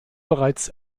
bereits